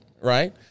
right